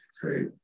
Great